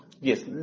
Yes